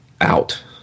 out